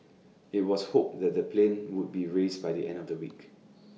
IT was hoped that the plane would be raised by the end of the week